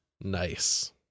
Nice